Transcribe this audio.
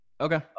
Okay